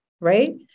right